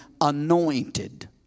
anointed